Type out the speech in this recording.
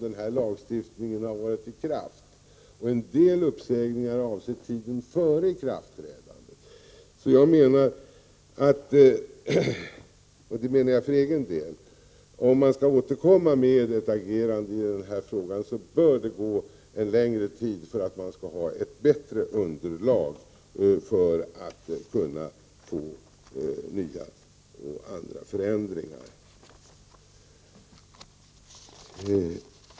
Men lagstiftningen har varit i kraft alltför kort tid, och en del uppsägningar avser tiden före ikraftträdandet. Om man skall återkomma med ett agerande i den här frågan bör det enligt min mening gå längre tid. Då får man ett bättre underlag för att kunna åstadkomma nya och andra förändringar.